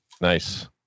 nice